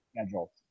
schedule